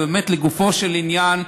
אלא באמת לגופו של עניין,